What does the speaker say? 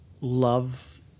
love